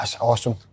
awesome